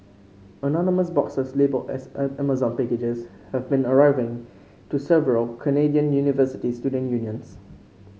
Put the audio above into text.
anonymous boxes labelled as Amazon packages have been arriving to several Canadian university student unions